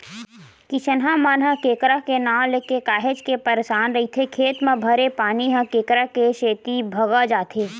किसनहा मन ह केंकरा के नांव लेके काहेच के परसान रहिथे खेत म भरे पानी ह केंकरा के सेती भगा जाथे